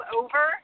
over